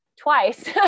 twice